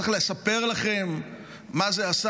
צריך לספר לכם מה זה עשה?